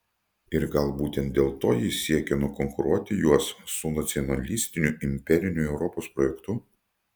ir gal būtent dėl to jis siekia nukonkuruoti juos su nacionalistiniu imperiniu europos projektu